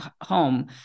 home